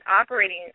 operating